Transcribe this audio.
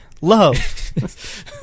Love